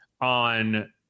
on